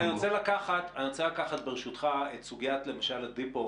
אני רוצה לקחת למשל את סוגיית ה-דפו